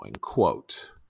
quote